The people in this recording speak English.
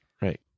Right